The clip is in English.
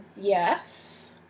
yes